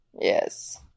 yes